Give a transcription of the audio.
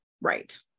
Right